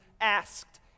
asked